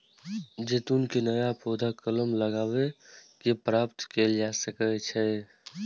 जैतून के नया पौधा कलम लगाए कें प्राप्त कैल जा सकै छै